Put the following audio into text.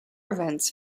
events